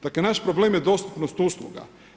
Dakle, naš problem je dostupnost usluga.